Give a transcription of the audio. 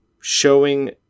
showing